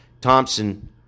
Thompson